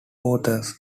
authors